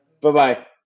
Bye-bye